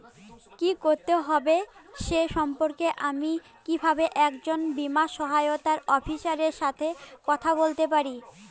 কী করতে হবে সে সম্পর্কে আমি কীভাবে একজন বীমা সহায়তা অফিসারের সাথে কথা বলতে পারি?